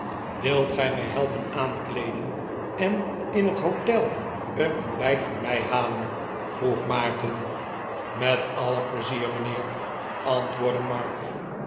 wilt gij mij helpen aankleeden en in het hotel een ontbijt voor mij halen vroeg maarten met alle pleizier mijnheer antwoordde mark